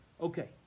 Okay